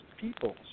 people